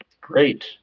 great